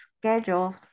schedule